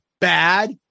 bad